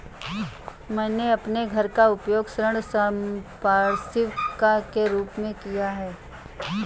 मैंने अपने घर का उपयोग ऋण संपार्श्विक के रूप में किया है